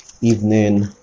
evening